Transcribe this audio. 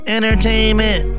Entertainment